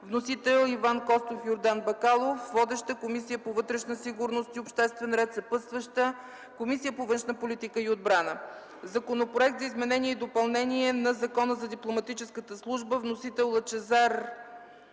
Вносител – Иван Костов и Йордан Бакалов. Водеща е Комисията по вътрешна сигурност и обществен ред, съпътстваща е Комисията по външна политика и отбрана. Законопроект за изменение и допълнение на Закона за дипломатическата служба. Вносител – Лъчезар